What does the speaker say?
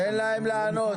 תן להם לענות.